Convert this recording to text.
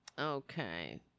Okay